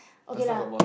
okay lah